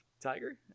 Tiger